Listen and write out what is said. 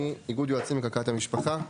מאיגוד יועצים לכלכלת המשפחה.